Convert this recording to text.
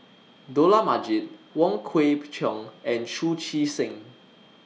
Dollah Majid Wong Kwei Cheong and Chu Chee Seng